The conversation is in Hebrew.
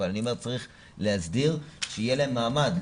אבל אני מצריך להסדיר שיהיה להם מעמד,